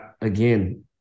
Again